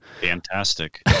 fantastic